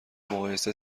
مقایسه